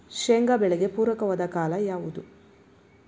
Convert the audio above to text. ಶೇಂಗಾ ಬೆಳೆಗೆ ಪೂರಕವಾದ ಕಾಲ ಯಾವುದು?